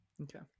Okay